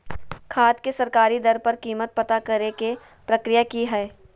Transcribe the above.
खाद के सरकारी दर पर कीमत पता करे के प्रक्रिया की हय?